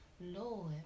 Lord